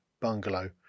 bungalow